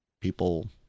people